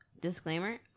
Disclaimer